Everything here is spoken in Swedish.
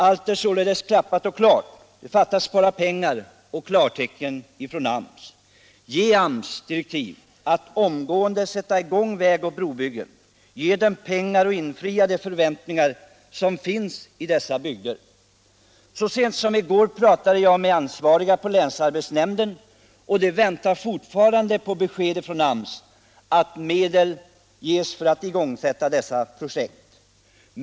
Allt är således klappat och klart — det fattas bara pengar och klartecken från AMS. Ge AMS direktiv att omgående sätta i gång väg och brobyggen — ge dessa bygder pengar och infria de förväntningar som där finns! Så sent som i går pratade jag med ansvariga på länsarbetsnämnden, och de väntar fortfarande på besked från AMS om medel för att igångsätta dessa projekt.